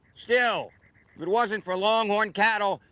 still, if it wasn't for longhorn cattle,